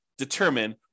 determine